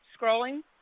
scrolling